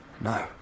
No